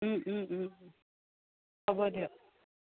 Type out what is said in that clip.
হ'ব দিয়ক